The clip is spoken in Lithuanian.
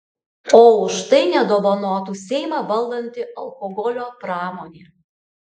o už tai nedovanotų seimą valdanti alkoholio pramonė